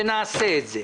נעשה את זה.